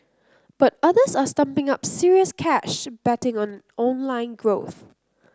but others are stumping up serious cash betting on online growth